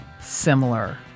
similar